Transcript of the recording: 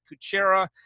Cuchera